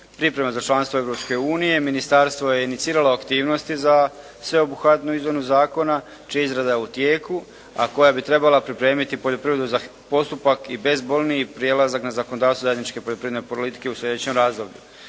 priprema za članstvo Europske unije. Ministarstvo je iniciralo aktivnosti za sveobuhvatnu izmjenu zakona čija izrada je u tijeku, a koja bi trebala pripremiti poljoprivredu za postupak i bezbolniji prelazak na zakonodavstvo zajedničke poljoprivredne politike u slijedećem razdoblju.